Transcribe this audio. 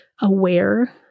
aware